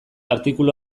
artikulu